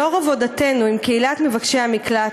לאור עבודתנו עם קהילת מבקשי המקלט,